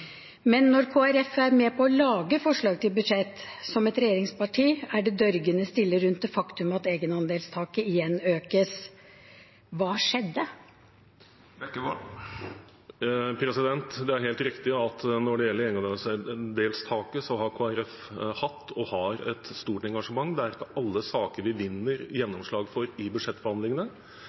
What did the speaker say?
Men når Kristelig Folkeparti som et regjeringsparti er med på å lage forslag til budsjett, er det dørgende stille rundt det faktum at egenandelstaket igjen økes. Hva skjedde? Det er helt riktig at når det gjelder egenandelstaket, har Kristelig Folkeparti hatt og har et stort engasjement. Det er ikke alle sakene vi vinner gjennomslag for i budsjettforhandlingene.